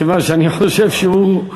כיוון שאני חושב שהוא,